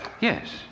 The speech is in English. Yes